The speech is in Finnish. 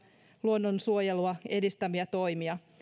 luonnonsuojelua edistäviä toimia